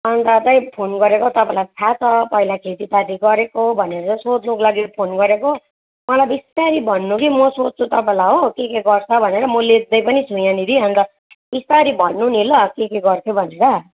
अन्त त्यही फोन गरेको तपाईँलाई थाह छ पहिला खेतीपाती गरेको भनेर सोध्नुको लागि फोन गरेको मलाई बिस्तारी भन्नु कि म सोध्छु तपाईँलाई हो के के गर्छ भनेर म लेख्दै पनि छु यहाँनेरि अन्त बिस्तरी भन्नु नि ल के के गर्छु भनेर